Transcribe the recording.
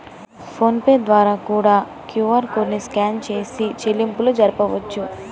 phone pay ద్వారా కూడా QR code ని స్కాన్ చేసి చెల్లింపులు జరపొచ్చు